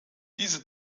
diese